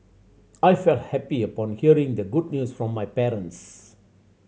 I felt happy upon hearing the good news from my parents